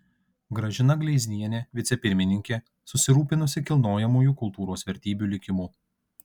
gražina gleiznienė vicepirmininkė susirūpinusi kilnojamųjų kultūros vertybių likimu